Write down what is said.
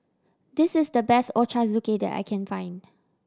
this is the best Ochazuke that I can find